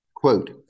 Quote